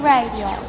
Radio